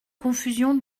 confusion